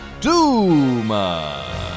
Duma